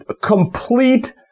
complete